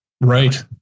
Right